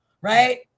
Right